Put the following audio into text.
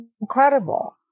incredible